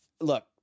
look